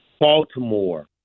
Baltimore